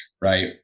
right